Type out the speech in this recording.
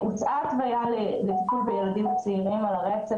הוצאה התוויה לטיפול בילדים וצעירים על הרצף,